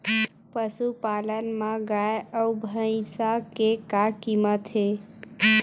पशुपालन मा गाय अउ भंइसा के का कीमत हे?